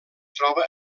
troba